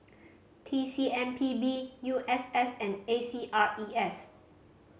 T C M P B U S S and A C R E S